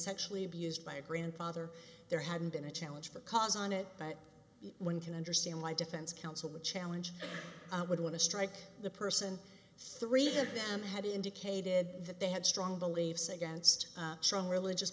sexually abused by a grandfather there hadn't been a challenge because on it but one can understand why defense counsel would challenge i would want to strike the person three of them had indicated that they had strong beliefs against strong religious